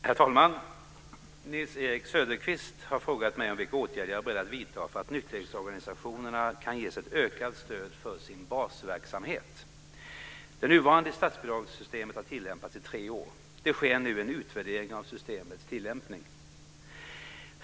Herr talman! Nils-Erik Söderqvist har frågat mig om vilka åtgärder jag är beredd att vidta för att nykterhetsorganisationerna kan ges ett ökat stöd för sin basverksamhet. Det nuvarande statsbidragssystemet har tillämpats i tre år. Det sker nu en utvärdering av systemets tilllämpning.